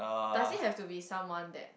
does it have to be someone that